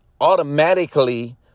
automatically